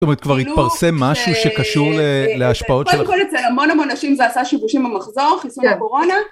זאת אומרת כבר התפרסם משהו שקשור להשפעות שלכם. קודם כל אצל המון המון אנשים זה עשה שיבושים במחזור, חיסון בקורונה.